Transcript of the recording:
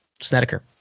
Snedeker